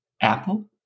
apple